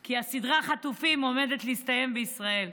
כי הסדרה חטופים עומדת להסתיים בישראל.